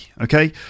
okay